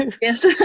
Yes